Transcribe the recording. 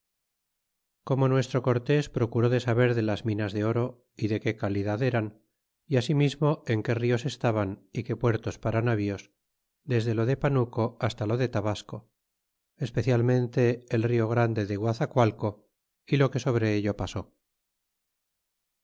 como nuestro cortes procuró de saber de las minas del oro y de que calidad eran y ansimismo en que rios estaban y qud puertos para navios desde lo de panuco hasta lo de tabasco especialmente el rio grande de guazacualco y lo que sobre ello pasó